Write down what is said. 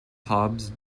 hobs